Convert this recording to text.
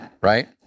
right